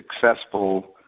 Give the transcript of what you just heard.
successful